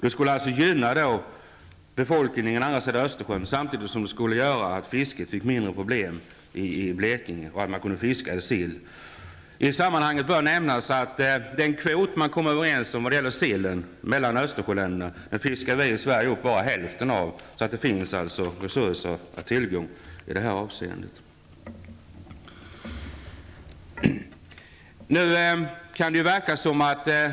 Det skulle alltså gynna befolkningen på andra sidan Östersjön, samtidigt som det skulle minska problemen för fisket i Blekinge genom att man kunde fiska sill. I sammanhanget bör nämnas att vi i Sverige bara fiskar upp hälften av den kvot som man kommit överens om mellan Östersjöländerna när det gäller sillen. Det finns alltså resurser att tillgå i det här avseendet.